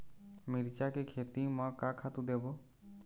मिरचा के खेती म का खातू देबो?